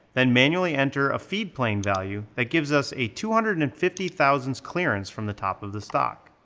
then manually enter a feed plane value that gives us a two hundred and and fifty thousandths clearance from the top of the stock.